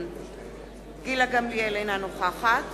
גילה גמליאל אינה נוכחת